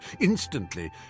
instantly